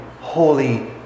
holy